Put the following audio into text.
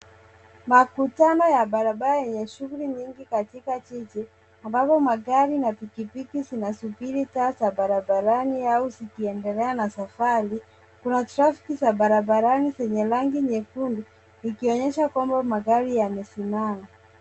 Makutano ya barabara yenye shughuli nyingi katika jiji, ambapo magari na pikipiki zinasubiri taa za barabarani au zikiendelea na safari. Kuna trafiki za barabarani zenye rangi nyekundu, ikionyesha kwamba magari yamesimama.